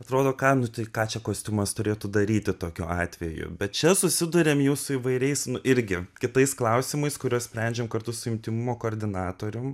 atrodo ką nu tai ką čia kostiumas turėtų daryti tokiu atveju bet čia susiduriam jau su įvairiais irgi kitais klausimais kuriuos sprendžiam kartu su intymumo koordinatorium